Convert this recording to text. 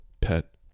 pet